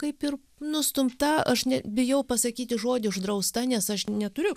kaip ir nustumta aš ne bijau pasakyti žodį uždrausta nes aš neturiu